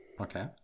Okay